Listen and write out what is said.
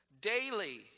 daily